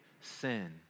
sin